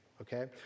Okay